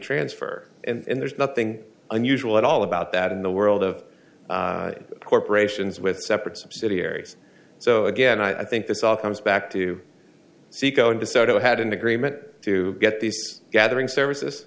transfer and there's nothing unusual at all about that in the world of corporations with separate subsidiaries so again i think this all comes back to saeco in desoto had an agreement to get these gathering services